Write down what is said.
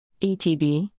ETB